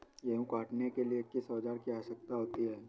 गेहूँ काटने के लिए किस औजार की आवश्यकता होती है?